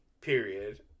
period